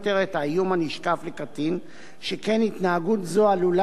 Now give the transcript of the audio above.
שכן התנהגות זו עלולה לשמש כאמצעי בתהליך של